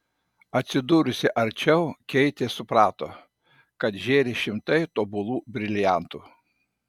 atsidūrusi arčiau keitė suprato kad žėri šimtai tobulų briliantų